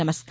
नमस्कार